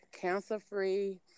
cancer-free